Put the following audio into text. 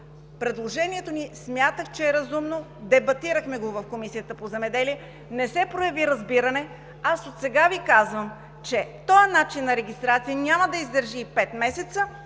предложението ни е разумно. Дебатирахме го в Комисията по земеделието, не се прояви разбиране. Отсега Ви казвам, че този начин на регистрация няма да издържи и пет месеца.